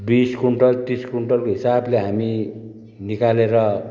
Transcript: बिस क्विन्टल तिस क्विन्टलको हिसाबले हामी निकालेर